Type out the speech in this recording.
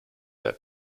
their